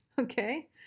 Okay